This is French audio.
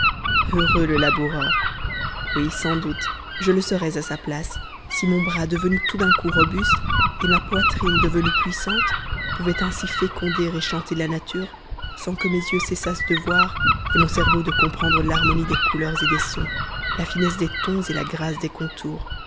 heureux le laboureur oui sans doute je le serais à sa place si mon bras devenu tout d'un coup robuste et ma poitrine devenue puissante pouvaient ainsi féconder et chanter la nature sans que mes yeux cessassent de voir et mon cerveau de comprendre l'harmonie des couleurs et des sons la finesse des tons et la grâce des contours